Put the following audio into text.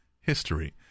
history